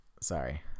sorry